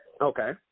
Okay